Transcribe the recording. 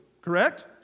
correct